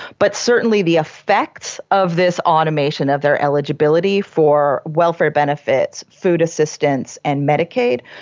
but certainly the effects of this automation of their eligibility for welfare benefits, food assistance and medicaid,